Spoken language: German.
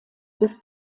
bis